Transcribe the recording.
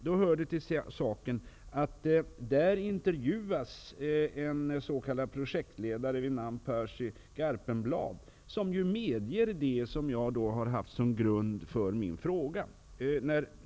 Där intervjuas en s.k. projektledare vid namn Percy Garpenblad, som medger det som jag har haft som grund för min fråga.